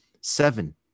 Seven